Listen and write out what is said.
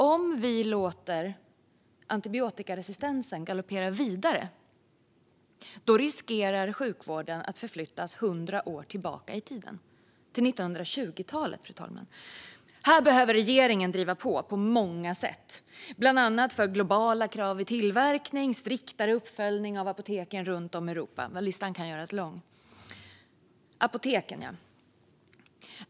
Om vi låter antibiotikaresistensen galoppera vidare riskerar dock sjukvården att förflyttas 100 år tillbaka i tiden, till 1920-talet. Här behöver regeringen på många sätt driva på, bland annat för globala krav vid tillverkning och en striktare uppföljning av apoteken runt om i Europa. Listan kan göras lång. Apoteken, ja.